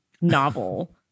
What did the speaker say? novel